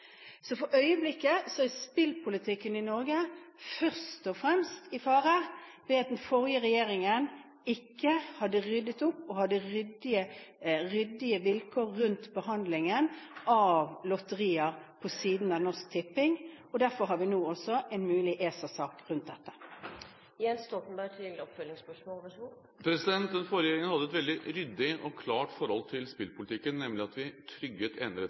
Så for øyeblikket er spillpolitikken i Norge først og fremst i fare ved at den forrige regjeringen ikke hadde ryddet opp og hadde ryddige vilkår rundt behandlingen av lotterier på siden av Norsk Tipping. Derfor har vi nå en mulig ESA-sak rundt dette. Den forrige regjeringen hadde et veldig ryddig og klart forhold til spillpolitikken, nemlig ved at vi